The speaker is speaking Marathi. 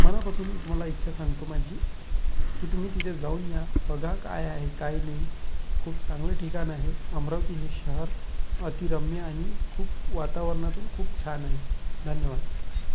मनापासून तुम्हाला इच्छा सांगतो माझी की तुम्ही तिथे जाऊन या बघा काय आहे काय नाही खूप चांगलं ठिकाण आहे अमरावती हे शहर अतिरम्य आणि खूप वातावरणातून खूप छान आहे धन्यवाद